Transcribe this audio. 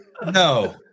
No